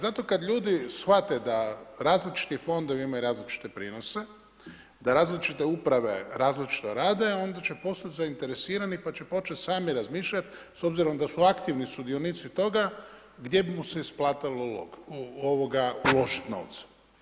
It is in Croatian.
Zato kada ljudi shvate da različiti fondovi imaju različite prinose, da različite uprave različito rade onda će postati zainteresirani pa će početi sami razmišljati s obzirom da su aktivni sudionici toga gdje bi mu se isplatilo uložiti novce.